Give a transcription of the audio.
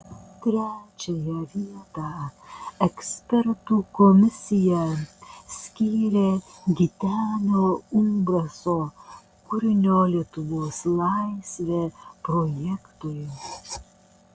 trečiąją vietą ekspertų komisija skyrė gitenio umbraso kūrinio lietuvos laisvė projektui